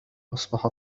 أصبحت